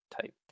type